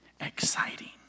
exciting